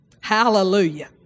Hallelujah